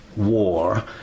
war